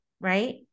right